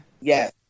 yes